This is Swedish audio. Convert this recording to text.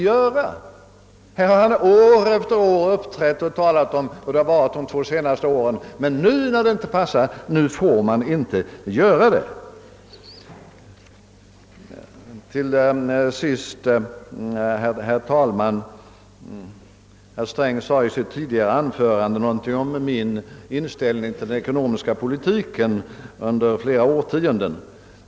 År efter år har finansministern uppträtt och talat om hur det varit under de två senaste åren, men nu passar det inte och då får vi andra inte heller göra det. Det är sublimt. I sitt tidigare anförande sade herr Sträng någonting om min inställning till den ekonomiska politiken under flera årtionden.